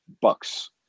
bucks